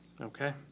Okay